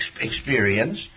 experience